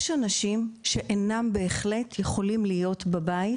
יש אנשים שבהחלט אינם יכולים להיות בבית,